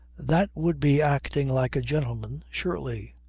that would be acting like a gentleman, surely.